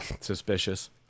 suspicious